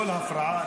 כל הפרעה,